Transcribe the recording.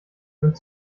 sind